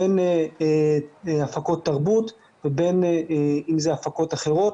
בין הפקות תרבות ובין אם זה הפקות אחרות,